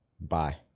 Bye